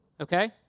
Okay